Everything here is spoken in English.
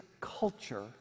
culture